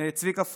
צביקה פוגל,